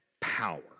power